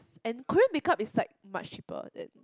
and Korean make up is like much cheaper than